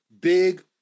big